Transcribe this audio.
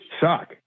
suck